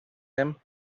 him